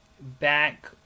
back